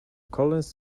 colonists